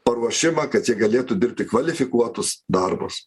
paruošimą kad jie galėtų dirbti kvalifikuotus darbus